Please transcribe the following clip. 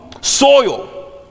soil